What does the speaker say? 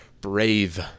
brave